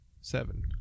Seven